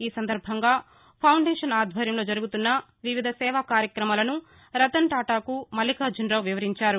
ఈ సందర్భంగా పౌండేషన్ ఆధ్వర్యంలో జరుగుతున్న వివిధ సేవా కార్యక్రమాలను రతన్టాటాకు మల్లిఖార్జునరావు వివరించారు